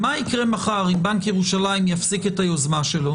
בכל הסיפור של,